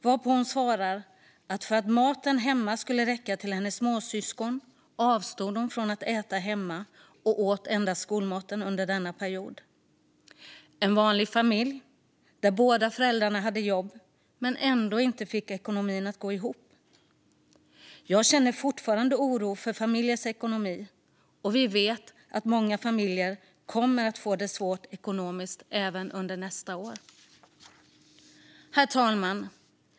Varpå hon svarade att för att maten hemma skulle räcka till hennes småsyskon avstod hon från att äta hemma och åt endast skolmaten under denna period. Detta var en vanlig familj där båda föräldrar hade jobb men de fick ändå inte ekonomin att gå ihop. Jag känner fortfarande oro för familjers ekonomi. Vi vet också att många familjer kommer att få det svårt ekonomiskt även under nästa år. Herr talman!